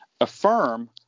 Affirm